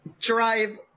drive